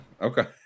okay